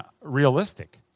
realistic